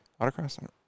Autocross